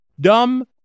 Dumb